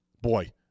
Boy